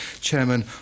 Chairman